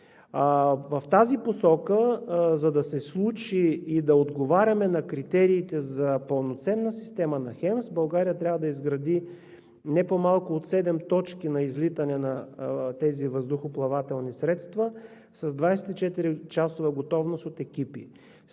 В тази посока, за да се случи и да отговаряме на критериите за пълноценна система на HEMS, България трябва да изгради не по-малко от седем точки на излитане за тези въздухоплавателни средства с 24-часова готовност от екипи.